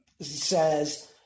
says